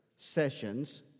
sessions